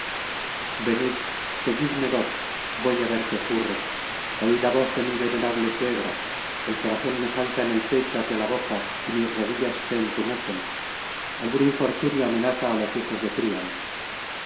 venid seguidme dos voy á ver qué ocurre oí la voz de mi venerable suegra el corazón me salta en el pecho hacia la boca y mis rodillas se entumecen algún infortunio amenaza á los hijos de príamo